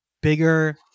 bigger